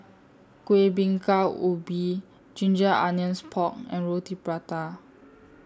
Kuih Bingka Ubi Ginger Onions Pork and Roti Prata